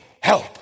help